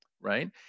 right